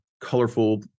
colorful